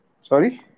sorry